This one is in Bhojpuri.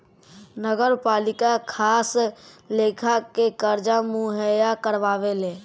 नगरपालिका खास लेखा के कर्जा मुहैया करावेला